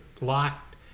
locked